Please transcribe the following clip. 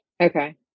Okay